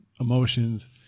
emotions